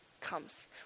comes